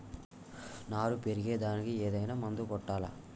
నారు పెరిగే దానికి ఏదైనా మందు కొట్టాలా?